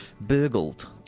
burgled